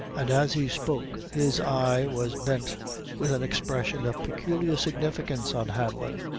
and, as he spoke, his eye was bent with an expression of peculiar significance on hanlon.